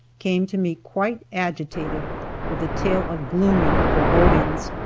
came to me quite agitated with a tale of gloomy forebodings.